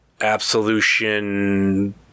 absolution